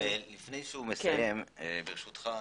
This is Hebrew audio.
ברשותך,